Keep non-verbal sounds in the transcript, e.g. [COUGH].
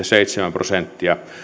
[UNINTELLIGIBLE] seitsemän prosenttia